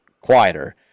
quieter